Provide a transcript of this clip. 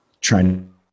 trying